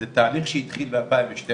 זה תהליך שהתחיל ב-2012,